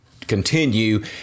continue